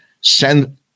send